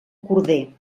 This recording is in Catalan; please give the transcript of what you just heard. corder